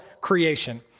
creation